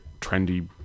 trendy